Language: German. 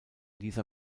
dieser